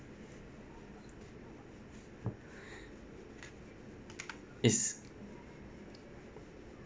is